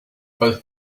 both